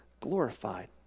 glorified